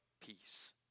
peace